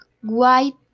white